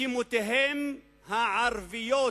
לוואדיות האלה, בשמותיהם הערביים,